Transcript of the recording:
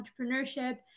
Entrepreneurship